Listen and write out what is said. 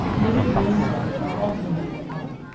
knitted woollen gloves were also made at home,